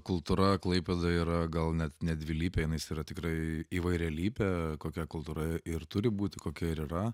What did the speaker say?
kultūra klaipėdoj yra gal net ne dvilypė jinai yra tikrai įvairialypė kokia kultūra ir turi būti kokia ir yra